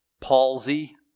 palsy